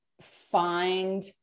find